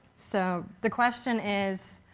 so the question is,